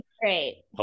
great